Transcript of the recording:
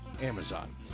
Amazon